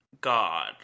God